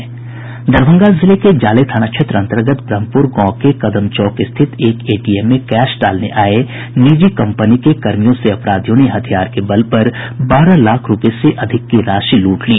दरभंगा जिले के जाले थाना क्षेत्र अन्तर्गत ब्रहम्पूर गांव के कदम चौक स्थित एक एटीएम में कैश डालने आये निजी कम्पनी के कर्मियों से अपराधियों ने हथियार के बल पर बारह लाख रूपये से अधिक की राशि लूट ली